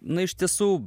na iš tiesų